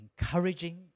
encouraging